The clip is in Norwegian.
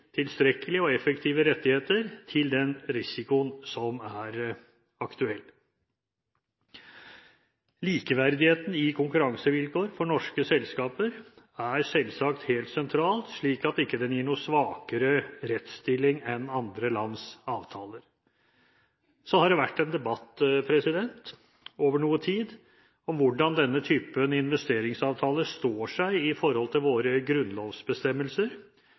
tilstrekkelige og effektive rettigheter i forhold til den risikoen som er aktuell. Likeverdighet når det gjelder konkurransevilkår for norske selskaper, er selvsagt helt sentralt, slik at en ikke gir noen en svakere rettsstilling enn den andre lands avtaler gir. Så har det vært en debatt over noen tid om hvordan denne typen investeringsavtaler står seg med hensyn til våre grunnlovsbestemmelser,